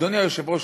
אדוני היושב-ראש,